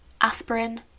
aspirin